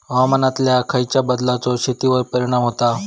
हवामानातल्या खयच्या बदलांचो शेतीवर परिणाम होता?